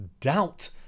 doubt